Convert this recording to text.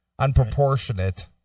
unproportionate